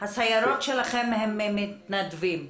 הסיירות שלהם הם עם מתנדבים?